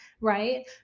right